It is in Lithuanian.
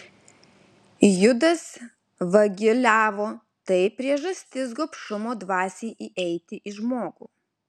judas vagiliavo tai priežastis gobšumo dvasiai įeiti į žmogų